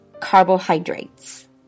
carbohydrates